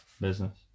Business